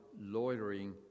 loitering